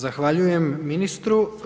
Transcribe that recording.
Zahvaljujem ministru.